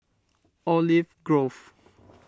Olive Grove